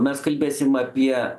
mes kalbėsim apie